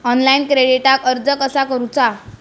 Online क्रेडिटाक अर्ज कसा करुचा?